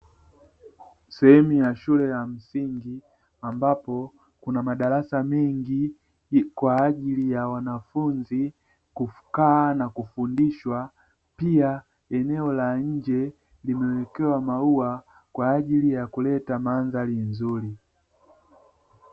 Sehemu ya shule ya msingi ambapo kuna madarasa mengi kwa ajili ya wanafunzi kukaa na kufundishwa, pia eneo la nje limewekewa maua kwa ajili ya kuleta mandhari nzuri.